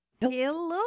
hello